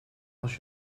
als